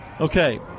Okay